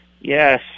Yes